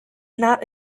not